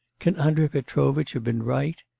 can andrei petrovitch have been right?